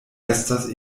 estas